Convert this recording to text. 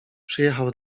przyjechał